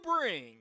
bring